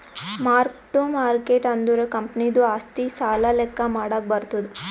mark ಟ್ಟು market ಅಂದುರ್ ಕಂಪನಿದು ಆಸ್ತಿ, ಸಾಲ ಲೆಕ್ಕಾ ಮಾಡಾಗ್ ಬರ್ತುದ್